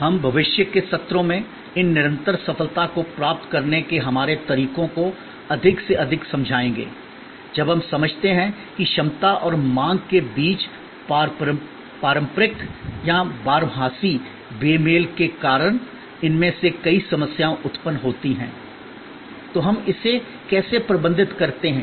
हम भविष्य के सत्रों में इन निरंतर सफलता को प्राप्त करने के हमारे तरीकों को अधिक से अधिक समझाएंगे जब हम समझते हैं कि क्षमता और मांग के बीच पारंपरिक या बारहमासी बेमेल के कारण इनमें से कई समस्याएं उत्पन्न होती हैं तो हम इसे कैसे प्रबंधित करते हैं